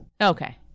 Okay